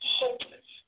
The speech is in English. hopeless